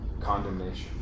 Condemnation